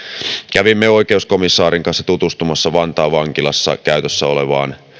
kävimme oikeuskomissaarin kanssa tutustumassa vantaan vankilassa käytössä olevaan